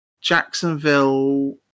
Jacksonville